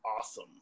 awesome